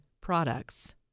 products